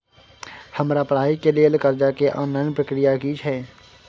हमरा पढ़ाई के लेल कर्जा के ऑनलाइन प्रक्रिया की छै?